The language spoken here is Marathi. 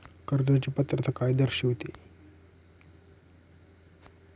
कर्जाची पात्रता काय दर्शविते?